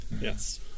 Yes